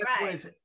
right